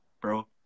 bro